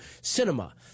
cinema